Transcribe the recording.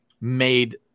made